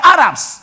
Arabs